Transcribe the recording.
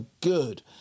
good